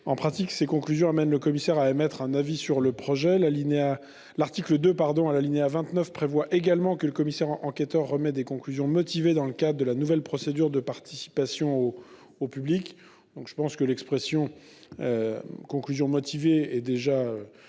En pratique, cette disposition amène le commissaire à émettre un avis sur le projet. L'article 2, à l'alinéa 39, dispose également que le commissaire enquêteur remet des « conclusions motivées » dans le cadre de la nouvelle procédure de participation du public. Il me semble que l'expression « conclusions motivées » est